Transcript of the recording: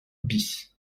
bis